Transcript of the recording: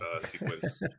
sequence